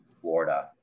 Florida